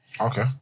Okay